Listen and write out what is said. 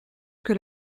que